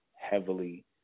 heavily